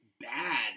bad